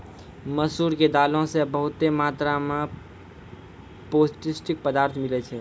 मसूर के दालो से बहुते मात्रा मे पौष्टिक पदार्थ मिलै छै